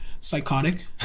psychotic